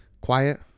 quiet